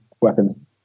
weapon